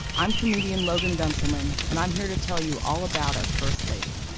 i'm comedian logan guntzelman, and i'm here to tell you all about our first lady.